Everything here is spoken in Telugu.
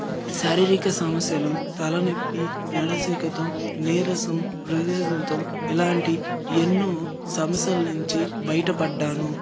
శారీరిక సమస్యలు తలనొప్పి వ్యక్తం నీరసం రేజీజీతతం ఇలాంటి ఎన్నో సమస్యల నుంచి బయటపడ్డాను